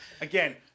Again